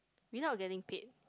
without getting paid